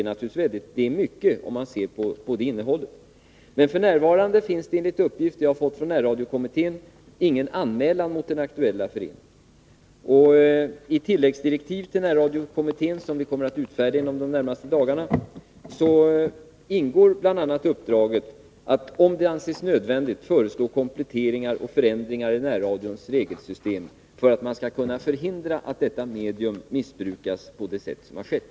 Och det är mycket, om man ser till innehållet. Men f. n. finns det enligt uppgift som jag fått från närradiokommittén ingen anmälan mot den aktuella föreningen. I det tilläggsdirektiv till närradiokommittén som vi kommer att utfärda inom de närmaste dagarna ingår bl.a. uppdraget att om det anses nödvändigt föreslå kompletteringar och förändringar i närradions regelsystem för att man skall kunna förhindra att detta medium missbrukas på det sätt som skett.